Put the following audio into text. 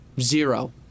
Zero